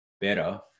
better